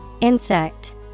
Insect